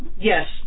Yes